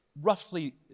roughly